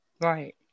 Right